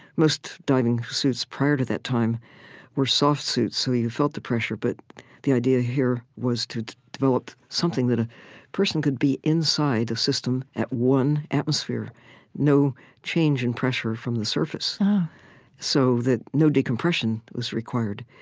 most diving suits prior to that time were soft suits, so you felt the pressure, but the idea here was to develop something that a person could be inside the system at one atmosphere no change in pressure from the surface so that no decompression was required